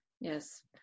Yes